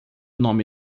nome